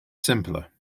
simpler